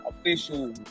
official